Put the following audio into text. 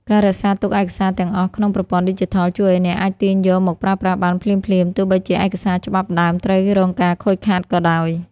ការរក្សាទុកឯកសារទាំងអស់ក្នុង ប្រព័ន្ធឌីជីថល ជួយឱ្យអ្នកអាចទាញយកមកប្រើប្រាស់បានភ្លាមៗ ទោះបីជាឯកសារច្បាប់ដើមត្រូវរងការខូចខាតក៏ដោយ។